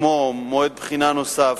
כמו מועד בחינה נוסף,